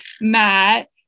Matt